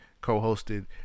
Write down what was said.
co-hosted